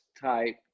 type